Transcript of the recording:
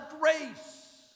grace